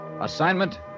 Assignment